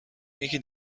یکی